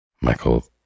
michael